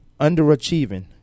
underachieving